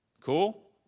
Cool